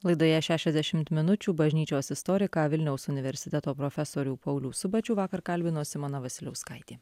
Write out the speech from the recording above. laidoje šešiasdešimt minučių bažnyčios istoriką vilniaus universiteto profesorių paulių subačių vakar kalbino simona vasiliauskaitė